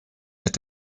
mit